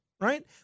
right